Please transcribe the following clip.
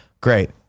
Great